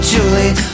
Julie